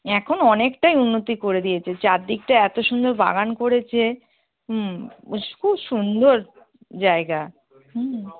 এখন অনেকটাই উন্নতি করে দিয়েছে চারদিকটা এত সুন্দর বাগান করেছে হুম খুব সুন্দর জায়গা হুম